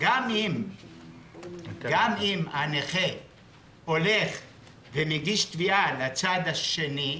אם הנכה מגיש תביעה לצד השני,